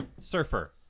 Surfer